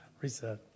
Reset